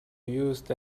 used